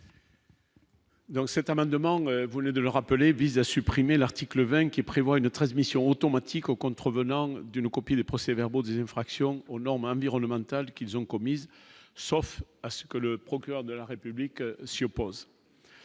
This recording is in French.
Donc cet amendement de le rappeler, vise à supprimer l'article 20 qui prévoit une 13 missions automatiques aux contrevenants d'une copie les procès-verbaux des infractions aux normes environnementales qu'ils ont commises, sauf à ce que le procureur de la République s'y oppose.